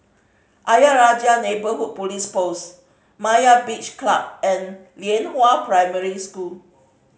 Ayer Rajah Neighbourhood Police Post Myra's Beach Club and Lianhua Primary School